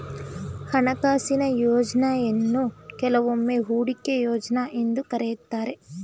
ಹಣಕಾಸಿನ ಯೋಜ್ನಯನ್ನು ಕೆಲವೊಮ್ಮೆ ಹೂಡಿಕೆ ಯೋಜ್ನ ಎಂದು ಕರೆಯುತ್ತಾರೆ